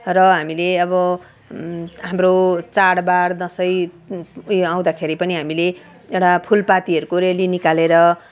र हामीले अब हाम्रो चाडबाड दसैँ उयो आउँदाखेरि पनि हामीले एउटा फुलपातीहरूको रेली निकालेर